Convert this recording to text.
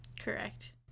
Correct